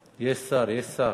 יש שר.